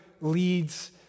leads